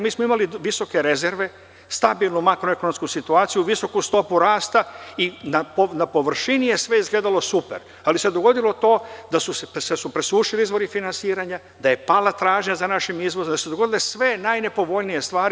Mi smo imali visoke rezerve, stabilnu makroekonomsku situaciju, visoku stopu rasta i na površini je sve izgledalo super, ali se dogodilo to da su presušili izvori finansiranja, da je pala tražnja za našim izvozom, da su se dogodile sve najnepovoljnije stvari.